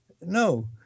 no